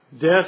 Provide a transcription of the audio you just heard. Death